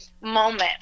moment